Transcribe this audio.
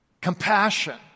Compassion